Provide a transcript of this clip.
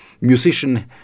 musician